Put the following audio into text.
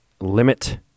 limit